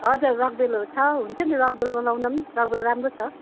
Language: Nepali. हजुर रकभेलहरू छ हुन्छ नि रकभेलमा लाउँदा पनि रकभेल राम्रो छ